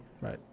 Right